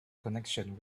connection